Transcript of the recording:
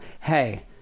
hey